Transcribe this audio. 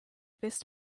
best